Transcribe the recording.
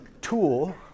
tool